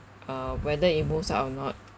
uh whether it moves up or not